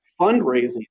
fundraising